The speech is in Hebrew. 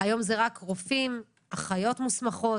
מתואמים אבל כולם שלחו לנו וגם היועצת המשפטית.